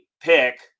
pick